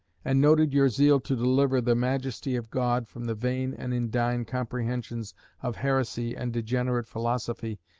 and noted your zeal to deliver the majesty of god from the vain and indign comprehensions of heresy and degenerate philosophy,